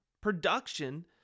production